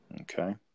Okay